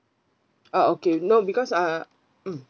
ah okay no because I um